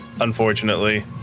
unfortunately